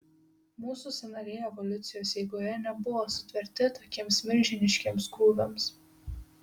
mūsų sąnariai evoliucijos eigoje nebuvo sutverti tokiems milžiniškiems krūviams